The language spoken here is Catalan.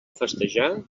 festejar